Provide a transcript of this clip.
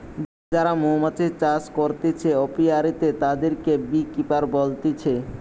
যারা মৌমাছি চাষ করতিছে অপিয়ারীতে, তাদিরকে বী কিপার বলতিছে